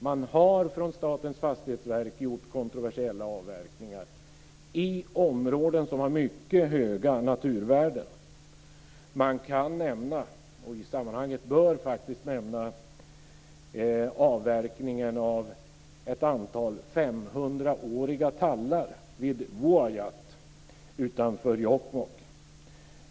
Man har från Statens fastighetsverk gjort kontroversiella avverkningar i områden som har mycket höga naturvärden. Man kan nämna, och man bör faktiskt i sammanhanget nämna, avverkningen av ett antal 500-åriga tallar vid Vuojat utanför Jokkmokk.